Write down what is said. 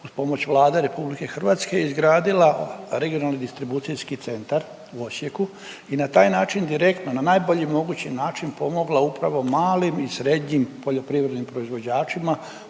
uz pomoć Vlade Republike Hrvatske izgradila regionalni distribucijski centar u Osijeku i na taj način direktno na najbolji mogući način pomogla upravo malim i srednjim poljoprivrednim proizvođačima